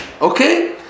Okay